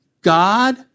God